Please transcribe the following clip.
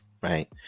Right